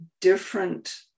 different